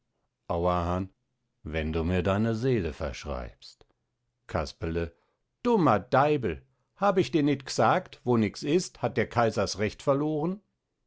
auerhahn wenn du mir deine seele verschreibst casperle dummer daibel hab ich dir nit gsagt wo nix ist hat der kaiser s recht verloren